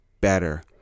better